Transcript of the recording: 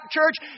church